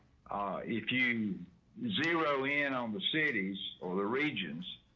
if you zero in on the cities or the regions,